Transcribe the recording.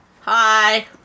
Hi